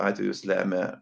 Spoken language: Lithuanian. atvejus lemia